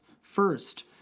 First